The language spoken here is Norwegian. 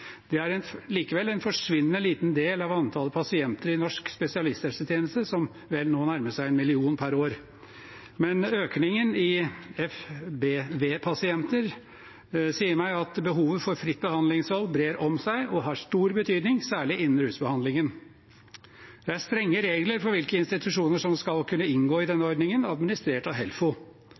Det er likevel en forsvinnende liten del av antallet pasienter i norsk spesialisthelsetjeneste, som vel nå nærmer seg 1 million per år. Men økningen i FBV-pasienter sier meg at behovet for fritt behandlingsvalg brer om seg og har stor betydning, særlig innen rusbehandlingen. Det er strenge regler for hvilke institusjoner som skal kunne inngå i denne ordningen – administrert av Helfo.